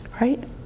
Right